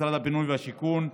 משרד הבינוי והשיכון,